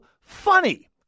funny